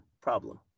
problem